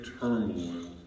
turmoil